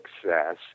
success